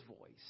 voice